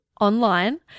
online